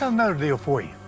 another deal for you.